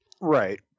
Right